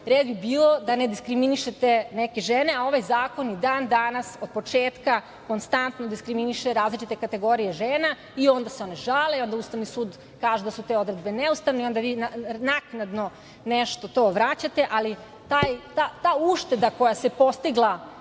red bi bio da ne diskriminišete neke žene, a ovaj zakon i dan danas, od početka, konstantno diskriminiše različite kategorije žena i onda se one žale, onda Ustavni sud kaže da su te odredbe neustavne i onda vi naknadno nešto to vraćate, ali ta ušteda koja se postigla